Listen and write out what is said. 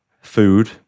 food